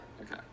okay